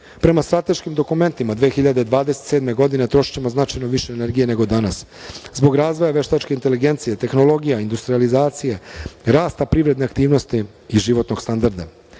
strateškim dokumentima, 2027. godine trošićemo značajno više energije nego danas. Zbog razvoja veštačke inteligencije, tehnologije, industrijalizacije, rasta privredne aktivnosti i životnog standarda. Kada